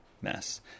mess